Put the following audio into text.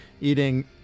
eating